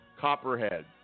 Copperhead